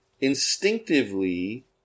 instinctively